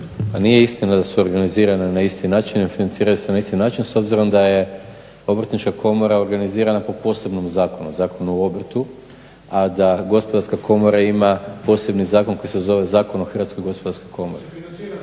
nije istina da su organizirana na isti način, ne financiraju se na isti način. S obzirom da je Obrtnička komora organizirana po posebnom zakonu, Zakonu o obrtu, a da Gospodarska komora ima posebni zakon koji se zove Zakon o Hrvatskoj gospodarskoj komori.